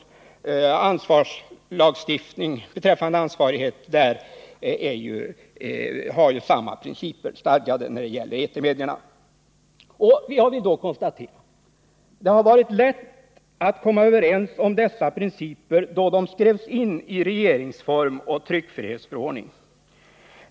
Beträffande etermedierna har samma ansvarighetsprinciper slagits fast. Det var lätt att komma överens om dessa principer då de skrevs in i regeringsform och tryckfrihetsförordning.